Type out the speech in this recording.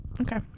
Okay